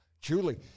Julie